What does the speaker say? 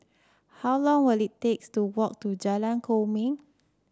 how long will it takes to walk to Jalan Kwok Min